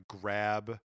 grab